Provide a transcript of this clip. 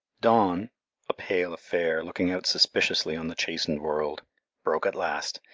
dawn a pale affair looking out suspiciously on the chastened world broke at last,